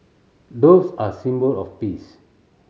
doves are a symbol of peace